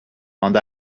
and